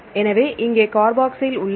எனவே இங்கே கார்பாக்சைல் உள்ளது